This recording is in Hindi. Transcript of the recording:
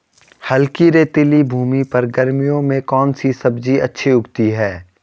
हल्की रेतीली भूमि पर गर्मियों में कौन सी सब्जी अच्छी उगती है?